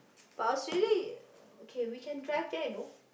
but Australia okay we can drive there you know